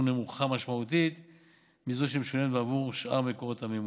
נמוכה משמעותית מזו שמשולמת בעבור שאר מקורות המימון.